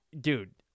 dude